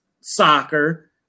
soccer